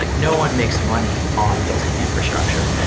like no one makes money on building infrastructure.